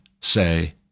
say